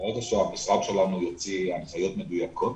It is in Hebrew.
ברגע שהמשרד שלנו יוציא הנחיות מדויקות,